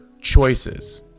choices